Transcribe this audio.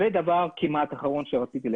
ודבר כמעט אחרון שרציתי להגיד.